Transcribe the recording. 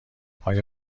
آیا